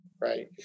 Right